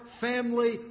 family